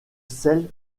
celle